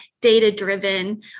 data-driven